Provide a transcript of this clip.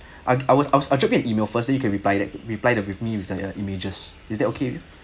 I'll I was I drop you an email firstly you can reply that reply the with me with their images is that okay with you